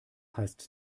heißt